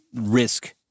risk